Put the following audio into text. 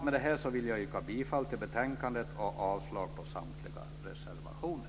Med detta vill jag yrka bifall till hemställan i betänkandet och avslag på samtliga reservationer.